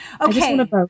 Okay